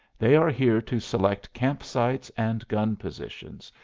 they are here to select camp sites and gun positions,